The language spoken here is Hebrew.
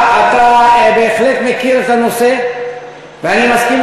אתה בהחלט מכיר את הנושא ואני מסכים